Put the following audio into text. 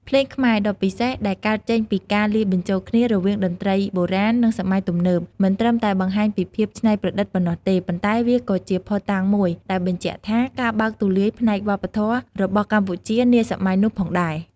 ភ្លេងខ្មែរ ដ៏ពិសេស ដែលកើតចេញពីការលាយបញ្ចូលគ្នារវាងតន្ត្រីបុរាណ និងសម័យទំនើប មិនត្រឹមតែបង្ហាញពីភាពច្នៃប្រឌិតប៉ុណ្ណោះទេ ប៉ុន្តែវាក៏ជាភស្តុតាងមួយដែលបញ្ជាក់ពី ការបើកទូលាយផ្នែកវប្បធម៌របស់កម្ពុជានាសម័យនោះផងដែរ។